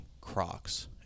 Crocs